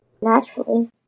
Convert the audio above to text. naturally